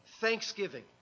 thanksgiving